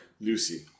Lucy